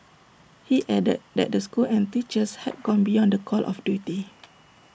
he added that the school and teachers had gone beyond the call of duty